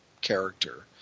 character